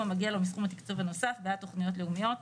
המגיע לו מסכום התקצוב הנוסף בעד תוכניות לאומיות.